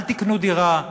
אל תקנו דירה,